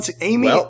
Amy